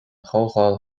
chomhdháil